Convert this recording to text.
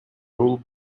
rule